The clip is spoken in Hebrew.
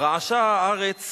רעשה הארץ